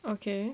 okay